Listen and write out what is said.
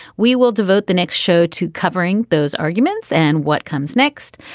we will devote the next show to covering those arguments and what comes next.